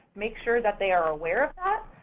make sure that they are aware of that,